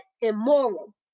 immoral